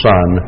Son